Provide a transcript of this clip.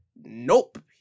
Nope